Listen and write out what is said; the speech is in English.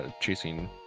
chasing